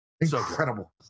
Incredible